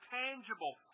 tangible